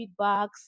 feedbacks